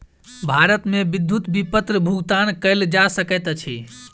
भारत मे विद्युत विपत्र भुगतान कयल जा सकैत अछि